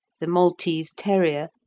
the maltese terrier,